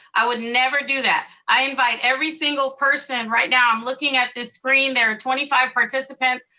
i would never do that. i invite every single person right now, i'm looking at this screen, there are twenty five participants,